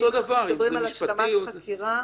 אם אנחנו מדברים על השלמת חקירה,